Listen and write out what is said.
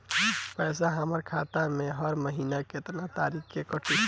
पैसा हमरा खाता से हर महीना केतना तारीक के कटी?